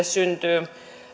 syntyy maksuhäiriömerkintä